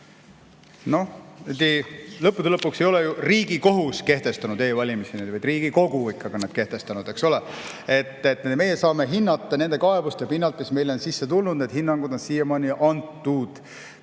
Lõppude lõpuks ei ole ju Riigikohus kehtestanud e-valimisi. Ikkagi Riigikogu on need kehtestanud, eks ole. Meie saame hinnata nende kaebuste pinnalt, mis meile on sisse tulnud. Need hinnangud on siiamaani antud.